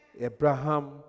Abraham